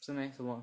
真的怎么